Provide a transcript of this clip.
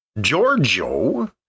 Giorgio